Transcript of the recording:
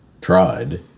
tried